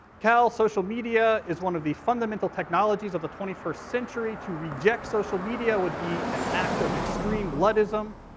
cal, social media is one of the fundamental technologies of the twenty first century. to reject social media would be an act of extreme bloodism.